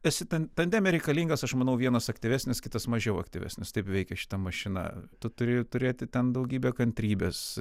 esi tan tandeme reikalingas aš manau vienas aktyvesnis kitas mažiau aktyvesnis taip veikia šita mašina tu turi turėti ten daugybę kantrybės